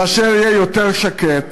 כאשר יהיה יותר שקט,